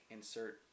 Insert